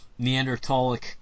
Neanderthalic